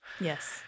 Yes